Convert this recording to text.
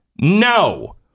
No